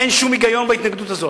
אין שום היגיון בהתנגדות הזאת.